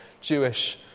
Jewish